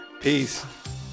peace